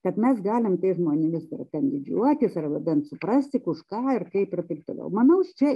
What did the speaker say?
kad mes galim tais žmonėmis ar ten didžiuotis ar bent suprasti už ką ir kaip ir taip toliau manau čia